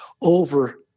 over